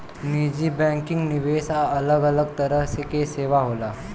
निजी बैंकिंग, निवेश आ अलग अलग तरह के सेवा होला